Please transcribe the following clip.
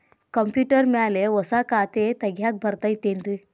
Computer ಮ್ಯಾಲೆ ಹೊಸಾ ಖಾತೆ ತಗ್ಯಾಕ್ ಬರತೈತಿ ಏನ್ರಿ?